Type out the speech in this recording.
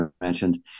mentioned